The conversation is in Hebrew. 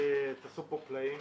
תעשו פה פלאים.